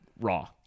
Raw